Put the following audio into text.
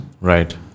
Right